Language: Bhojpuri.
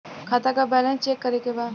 खाता का बैलेंस चेक करे के बा?